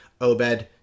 Obed